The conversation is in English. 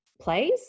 plays